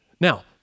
Now